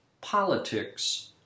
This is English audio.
politics